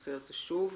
בנושא הזה שוב.